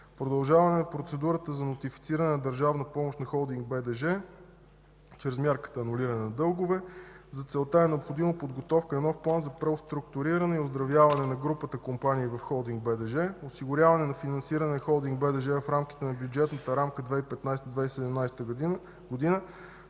Продължаваме процедурата за нотифициране на държавна помощ на Холдинг „БДЖ” чрез мярката „Анулиране на дългове”. За целта е необходима подготовка на нов план за преструктуриране и оздравяване на групата компании в Холдинг „БДЖ”, осигуряване на финансиране на Холдинг „БДЖ” в рамките на бюджетната рамка 2015 - 2017 г.,